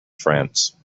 france